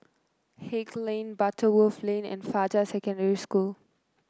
Haig Lane Butterworth Lane and Fajar Secondary School